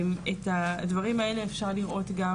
את הדברים האלה אפשר לראות גם.